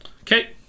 Okay